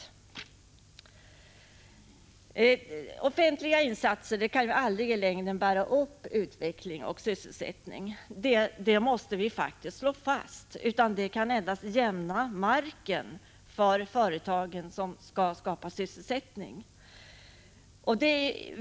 Det måste slås fast att offentliga insatser inte i längden kan bära upp utveckling och sysselsättning, utan de kan endast jämna marken för företagen som skall skapa sysselsättning.